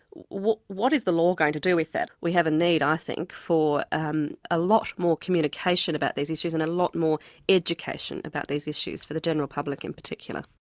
what what is the law going to do with that? we have a need, i think, for um a lot more communication about these issues and a lot more education about these issues for the general public in particular.